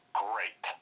great